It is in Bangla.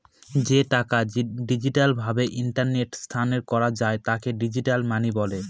যে টাকা ডিজিটাল ভাবে ইন্টারনেটে স্থানান্তর করা যায় তাকে ডিজিটাল মানি বলে